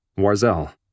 Warzel